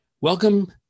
Welcome